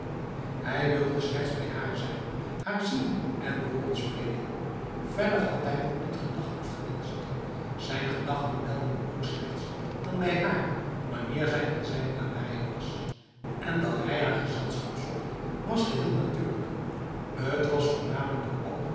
hij wilde slechts bij haar zijn haar zien en hooren spreken verder had hij ook niet gedacht of gewenscht zijn gedachten wijlden ook slechts dan bij haar wanneer zij in zijne nabijheid was en dat hij haar gezelschap zocht was geheel natuurlijk t was voornamelijk door